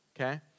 okay